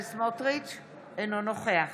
אינו נוכח